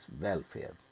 welfare